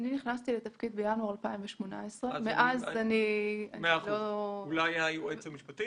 נכנסתי לתפקיד בינואר 2018. אולי היועץ המשפטי,